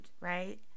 right